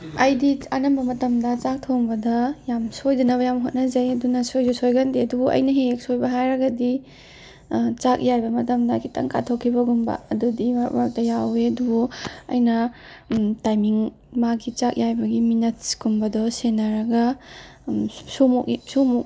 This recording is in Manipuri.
ꯑꯩꯗꯤ ꯑꯅꯝꯕ ꯃꯇꯝꯗ ꯆꯥꯛ ꯊꯣꯡꯕꯗ ꯌꯥꯝ ꯁꯣꯏꯗꯅꯕ ꯌꯥꯝ ꯍꯣꯠꯅꯖꯩ ꯑꯗꯨꯅ ꯁꯣꯏꯁꯨ ꯁꯣꯏꯒꯟꯗꯦ ꯑꯗꯨꯕꯨ ꯑꯩꯅ ꯍꯦꯛ ꯍꯦꯛ ꯁꯣꯏꯕ ꯍꯥꯏꯔꯒꯗꯤ ꯆꯥꯛ ꯌꯥꯏꯕ ꯃꯇꯝꯗ ꯈꯤꯇꯪ ꯀꯥꯊꯣꯛꯈꯤꯕꯒꯨꯝꯕ ꯑꯗꯨꯗꯤ ꯃꯔꯛ ꯃꯔꯛꯇ ꯌꯥꯎꯋꯦ ꯑꯗꯨꯕꯨ ꯑꯩꯅ ꯇꯥꯏꯃꯤꯡ ꯃꯥꯒꯤ ꯆꯥꯛ ꯌꯥꯏꯕꯒꯤ ꯃꯤꯅꯠꯁꯀꯨꯝꯕꯗꯣ ꯁꯦꯟꯅꯔꯒ ꯁꯨꯝꯃꯨꯛ ꯁꯨꯝꯃꯨꯛ